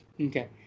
Okay